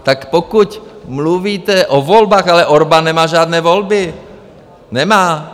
Tak pokud mluvíte o volbách ale Orbán nemá žádné volby, nemá.